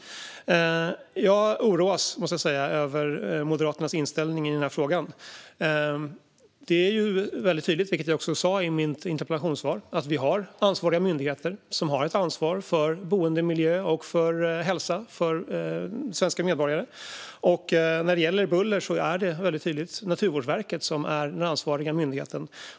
Jag måste säga att jag oroas över Moderaternas inställning i den här frågan. Det är tydligt, vilket jag också sa i mitt interpellationssvar, att vi har myndigheter som har ett ansvar för boendemiljö och hälsa för svenska medborgare. När det gäller buller är det tydligt Naturvårdsverket som är den ansvariga myndigheten.